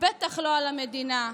בטח לא על המדינה,